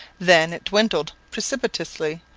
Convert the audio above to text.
then it dwindled perceptibly,